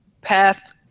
path